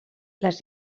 les